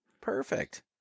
Perfect